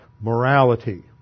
morality